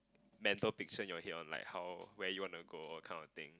mental picture in your head on like how where you wanna go that kind of thing